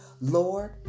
Lord